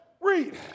Read